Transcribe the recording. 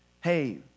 hey